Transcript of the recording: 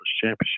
championship